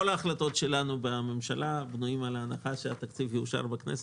כל ההחלטות שלנו בממשלה בנויות על ההנחה שהתקציב יאושר בכנסת,